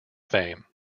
fame